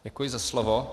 Děkuji za slovo.